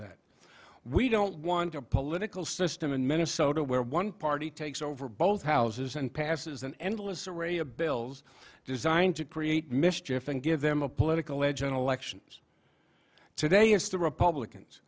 that we don't want a political system in minnesota where one party takes over both houses and passes an endless array of bills designed to create mischief and give them a political edge in elections today it's the republicans